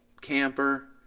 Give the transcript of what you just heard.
camper